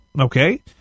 okay